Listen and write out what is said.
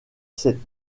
ses